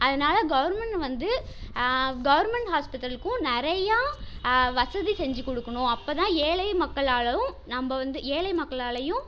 அதனால் கவர்மெண்ட் வந்து கவர்மெண்ட் ஹாஸ்பிட்டலுக்கும் நிறையா வசதி செஞ்சு கொடுக்கணும் அப்போதான் ஏழை மக்களாலும் நம்ம வந்து ஏழை மக்களாலேயும்